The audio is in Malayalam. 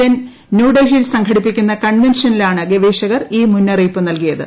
എൻ ന്യൂ ഡൽഹിയിൽ സംഘടിപ്പിക്കുന്ന കൺവെൻഷനിലാണ് ഗവേഷകർ ഈ മുന്നറിയിപ്പ് നൽകിയത്ത്